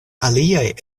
aliaj